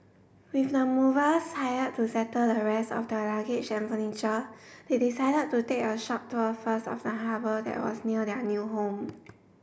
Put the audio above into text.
with the movers hired to settle the rest of their luggage and furniture they decided to take a short tour first of the harbour that was near their new home